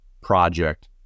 project